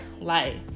life